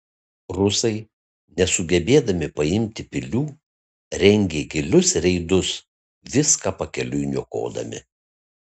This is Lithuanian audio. rusai nesugebėdami paimti pilių rengė gilius reidus viską pakeliui niokodami